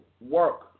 work